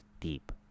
deep